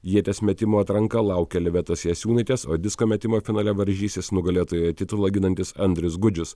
ieties metimo atranka laukia livetos jasiūnaitės o disko metimo finale varžysis nugalėtojo titulą ginantis andrius gudžius